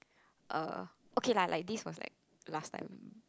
err okay lah like this was like last time